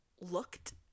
looked